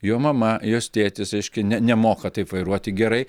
jo mama jos tėtis reiškia ne nemoka taip vairuoti gerai